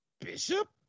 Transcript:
Bishop